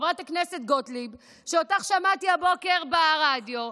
חברת הכנסת גוטליב, אותך שמעתי הבוקר ברדיו,